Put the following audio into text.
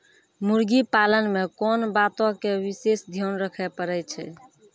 मुर्गी पालन मे कोंन बातो के विशेष ध्यान रखे पड़ै छै?